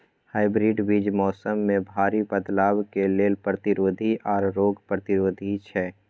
hybrid बीज मौसम में भारी बदलाव के लेल प्रतिरोधी आर रोग प्रतिरोधी छै